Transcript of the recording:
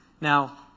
Now